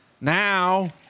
Now